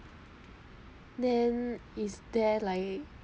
then is there like